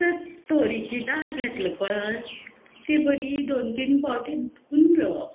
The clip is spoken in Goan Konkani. तर तोरिची दाळ घेतल पळय ती बरी दोन तीन पावटी धूवन घेवप